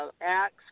acts